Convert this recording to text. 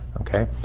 okay